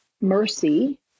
mercy